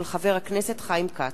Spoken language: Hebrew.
של חבר הכנסת חיים כץ.